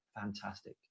fantastic